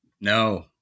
No